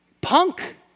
punk